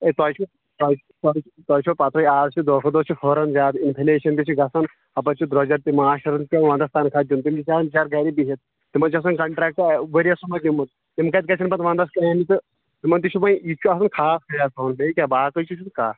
ہَے تۄہہِ چھَو تۅہہِ تۅہہِ تۅہہِ چھَو پتہٕے اَز چھُ دۄہ کھۅتہٕ دۄہ چھُ ہُران زیٛادٕ اِنفلیشن تہِ چھِ گژھان ہُپأرۍ چھِ درٛۄجر تہِ ماشٹرن چھِ ونٛدس تنخواہ دیُن تٔمِس بِچارٕ چھِ آسان گرِ بِہِتھ تِمن چھ آسان کنٛٹرٛیکٹہٕ ؤرۍ یس سُمتھ نیمُت تِمہٕ کتہِ گژھَن پتہٕ ونٛدس کامہِ تہٕ تِمن تہِ چھ وۄنۍ یِتہِ چھُ آسان خاص خیال تھاوُن بیٚیہِ کیٛاہ باقٕے چھُنہٕ کتھ